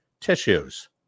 tissues